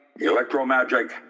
Electromagic